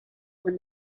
when